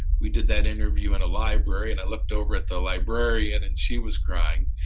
we did that interview in a library, and i looked over at the librarian and she was crying,